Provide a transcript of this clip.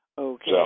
Okay